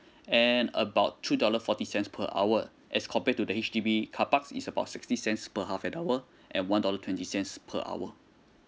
and about two dollar forty cents per hour as compared to the H_D_B carparks is about sixty cents per half an hour and one dollar twenty cents per hour